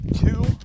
two